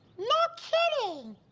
no kidding!